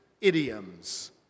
idioms